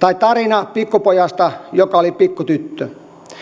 tai tarinaa pikkupojasta joka oli pikkutyttö